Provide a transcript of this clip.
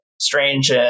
strange